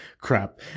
crap